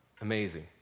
amazing